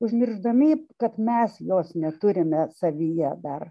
užmiršdami kad mes jos neturime savyje dar